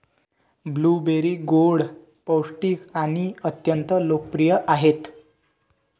blueberry गोड, पौष्टिक आणि अत्यंत लोकप्रिय आहेत